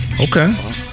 Okay